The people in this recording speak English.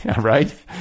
right